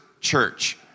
church